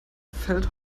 fällt